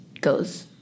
goes